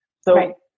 So-